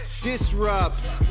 Disrupt